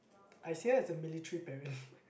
I see her as a military parent